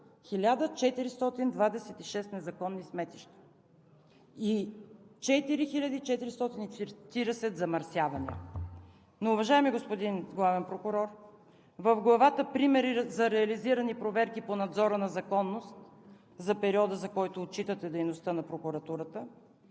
1426 незаконни сметища и 4440 замърсявания! Уважаеми господин Главен прокурор, в Глава „Примери за реализирани проверки по надзора на законност“ за периода, за който отчитате дейността на прокуратурата,